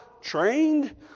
trained